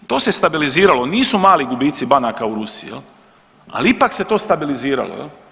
To se stabiliziralo, nisu mali gubici banaka u Rusiji ali ipak se to stabiliziralo.